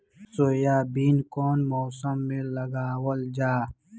Soybean कौने मौसम में लगावल जा?